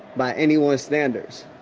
by anyone's standards.